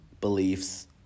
beliefs